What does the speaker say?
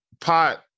pot